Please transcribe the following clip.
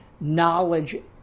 knowledge